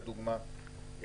לדוגמה,